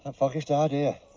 and foggiest ah idea.